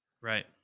Right